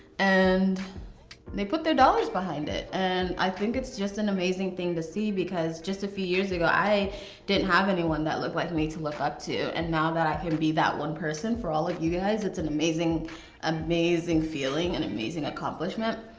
and and they put their dollars behind it, and i think it's just an amazing thing to see, because just a few years ago, i didn't have anyone that looked like me to look up to, and now that i can be that one person for all of you guys. it's an amazing amazing feeling and amazing accomplishment,